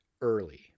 early